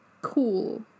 Cool